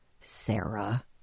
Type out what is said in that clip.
Sarah